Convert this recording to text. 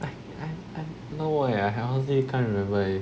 no leh I honestly can't remember leh